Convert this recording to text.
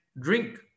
drink